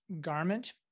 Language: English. garment